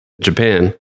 Japan